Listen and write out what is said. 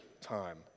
time